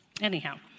anyhow